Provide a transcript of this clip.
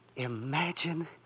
imagine